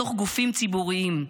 בתוך גופים ציבוריים,